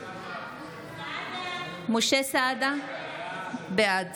סעדה, בעד